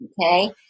okay